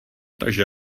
takže